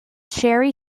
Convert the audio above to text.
cherry